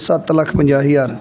ਸੱਤ ਲੱਖ ਪੰਜਾਹ ਹਜ਼ਾਰ